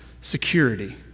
security